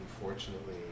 unfortunately